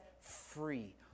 free